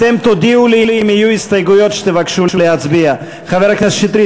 אתם תודיעו לי אם יהיו הסתייגויות שתבקשו להצביע עליהן.